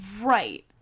Right